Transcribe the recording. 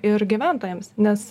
ir gyventojams nes